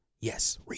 Yes